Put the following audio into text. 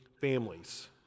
families